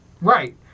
Right